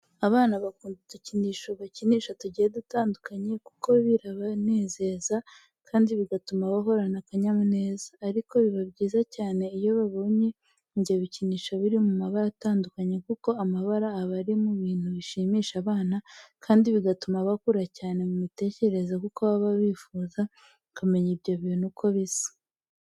Abana bakunda udukinisho bakinisha tugiye dutandukanye, kuko birabanezeza kandi bigatuma bahorana akanyamuneza. Ariko biba byiza cyane iyo babonye ibyo bikinisho biri mu mabara atandukanye kuko amabara aba ari mu bintu bishimisha abana kandi bigatuma bakura cyane mu mitekerereze kuko baba bjfuza kumenya ibyo bintu uko bisa.